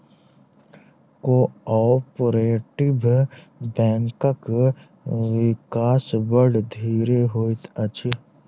cooperative बैंकक विकास बड़ धीरे होइत अछि